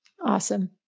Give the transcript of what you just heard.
Awesome